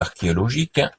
archéologiques